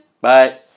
Bye